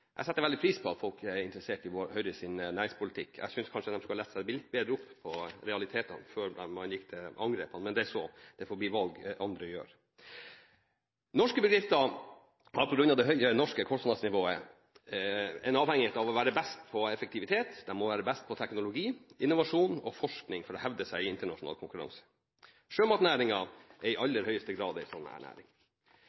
Jeg setter veldig pris på at folk er interessert i Høyres næringspolitikk, men jeg synes man skulle ha lest seg litt bedre opp på realitetene før man går til angrep, men det er så. Det får bli valg andre gjør. Norske bedrifter er på grunn av det høye norske kostnadsnivået avhengig av å være best på effektivitet, teknologi, innovasjon og forskning for å hevde seg i internasjonal konkurranse. Sjømatnæringen er i